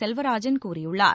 செல்வராஜன் கூறியுள்ளார்